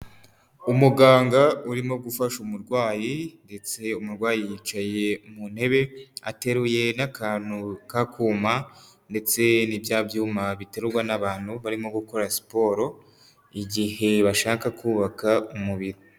Umuganga urimo gufasha umurwayi ndetse umurwayi yicaye mu ntebe, ateruye n'akantu k'akuma ndetse ni bya byuma biterurwa n'abantu barimo gukora siporo, igihe bashaka kubaka umubiri.